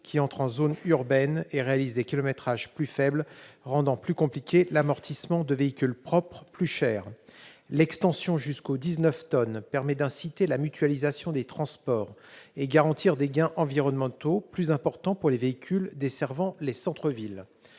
qui entrent en zones urbaines et réalisent des kilométrages plus faibles, ce qui rend plus compliqué l'amortissement de véhicules propres plus chers. L'extension jusqu'aux 19 tonnes permet de favoriser la mutualisation des transports et de garantir des gains environnementaux plus importants pour les véhicules desservant les centres-villes.